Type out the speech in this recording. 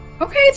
Okay